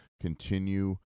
Continue